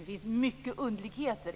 Det finns många underligheter